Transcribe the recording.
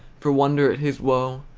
for wonder at his woe,